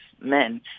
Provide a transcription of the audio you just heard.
men